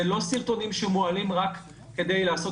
זה לא סרטונים שמועלים רק כדי לעשות